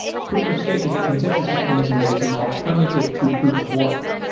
proof of stake is a consensus mechanism that is an alternative to proof of work.